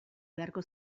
beharko